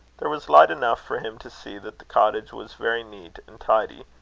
there was light enough for him to see that the cottage was very neat and tidy,